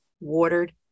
watered